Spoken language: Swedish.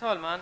Herr talman!